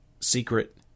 secret